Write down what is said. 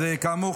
כאמור,